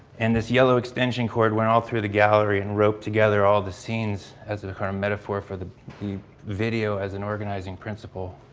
and this yellow extension cord went all through the gallery and roped together all the scenes as a kind of metaphor for the video as an organizing principle.